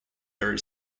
their